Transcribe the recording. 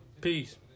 Peace